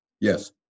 Yes